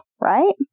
right